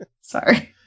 Sorry